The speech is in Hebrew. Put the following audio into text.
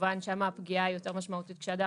וכמובן שם הפגיעה היא יותר משמעותית כשהאדם